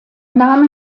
name